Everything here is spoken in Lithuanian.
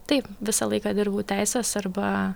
taip visą laiką dirbau teisės arba